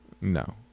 No